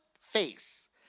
face